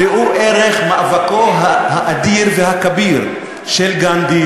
ראו ערך מאבקו האדיר והכביר של גנדי,